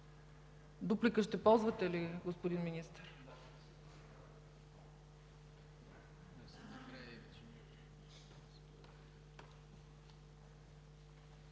Дуплика ще ползвате ли, господин Министър?